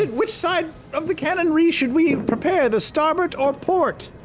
which side of the cannonry should we prepare, the starboard or port?